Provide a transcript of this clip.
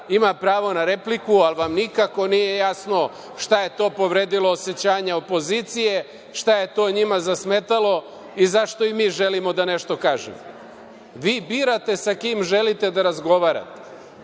ima pravo na repliku, ali vam nikako nije jasno šta je to povredilo osećanja opozicije, šta je to njima zasmetalo i zašto i mi želimo da nešto kažemo. Vi birate sa kim želite da razgovarate